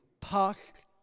past